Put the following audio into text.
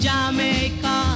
Jamaica